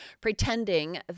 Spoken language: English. pretending